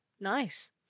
nice